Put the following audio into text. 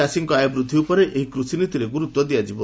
ଚାଷୀଙ୍କ ଆୟ ବୃଦ୍ଧି ଉପରେ ଏହି କୁଷି ନୀତିରେ ଗୁରୁତ୍ ଦିଆଯିବ